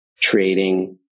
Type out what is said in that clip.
trading